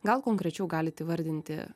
gal konkrečiau galit įvardinti